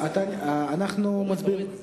אנחנו מצביעים.